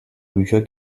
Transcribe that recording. bücher